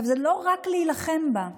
זה לא רק להילחם בה,